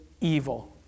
evil